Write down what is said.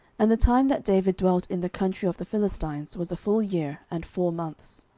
and the time that david dwelt in the country of the philistines was a full year and four months.